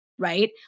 Right